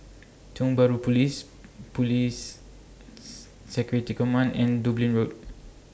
Tiong Bahru Police Police Security Command and Dublin Road